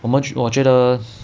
我们我觉得